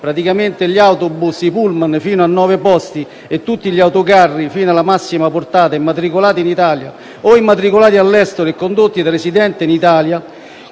autovetture, gli autobus e i pullman fino a nove posti, e tutti gli autocarri fino alla massima portata, immatricolati in Italia o immatricolati all'estero e condotti da residente in Italia